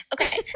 Okay